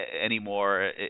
anymore